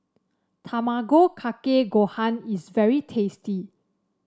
Tamago Kake Gohan is very tasty